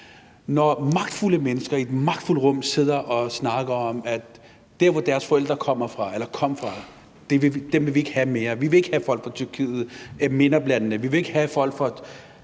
når magtfulde mennesker i et magtfuldt rum sidder og snakker om, at der, hvor deres forældre kommer eller kom fra, vil vi ikke have folk fra? Vi vil ikke have folk fra MENAPT-landene